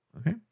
Okay